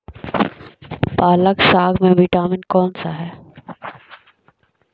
पालक साग में विटामिन कौन सा है?